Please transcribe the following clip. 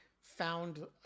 found